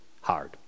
hard